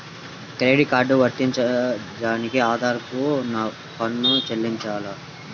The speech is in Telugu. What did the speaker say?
క్రెడిట్ కార్డ్ వర్తింపజేయడానికి ఆదాయపు పన్ను చెల్లించాలా?